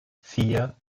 vier